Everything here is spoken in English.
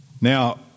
Now